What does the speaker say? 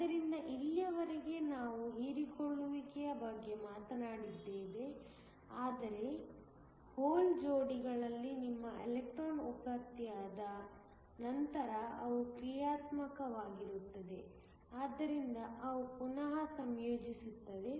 ಆದ್ದರಿಂದ ಇಲ್ಲಿಯವರೆಗೆ ನಾವು ಹೀರಿಕೊಳ್ಳುವಿಕೆಯ ಬಗ್ಗೆ ಮಾತನಾಡಿದ್ದೇವೆ ಆದರೆ ಹೋಲ್ ಜೋಡಿಗಳಲ್ಲಿ ನಿಮ್ಮ ಎಲೆಕ್ಟ್ರಾನ್ ಉತ್ಪತ್ತಿಯಾದ ನಂತರ ಅವು ಕ್ರಿಯಾತ್ಮಕವಾಗಿರುತ್ತವೆ ಆದ್ದರಿಂದ ಅವು ಪುನಃ ಸಂಯೋಜಿಸುತ್ತವೆ